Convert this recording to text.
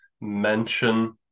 mention